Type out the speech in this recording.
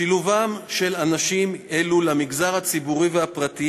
שילובם של אנשים אלו במגזר הציבורי והפרטי